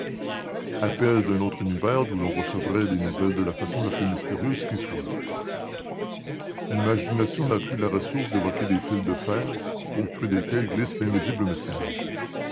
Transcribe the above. appel d'un autre univers d'où l'on recevrait des nouvelles de la façon la plus mystérieuse qui soit l'imagination n'a plus la ressource d'évoquer des fils de fer au creux desquels glisse l'invisible message